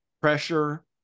pressure